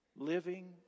living